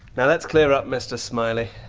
now let's clear up mr smiley.